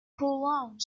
prolonged